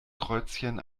kreuzchen